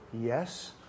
yes